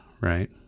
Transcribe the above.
right